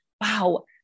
wow